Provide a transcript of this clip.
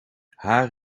haar